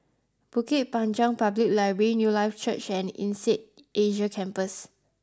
Bukit Panjang Public Library Newlife Church and Insead Asia Campus